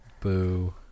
Boo